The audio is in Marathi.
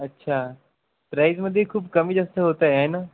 अच्छा प्राईजमध्ये खूप कमीजास्त होतं आहे ना